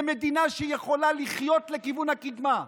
למדינה שיכולה לחיות לכיוון הקדמה.